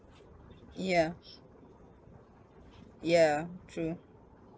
ya ya true